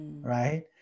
Right